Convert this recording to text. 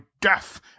death